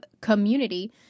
community